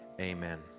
Amen